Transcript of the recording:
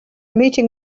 meeting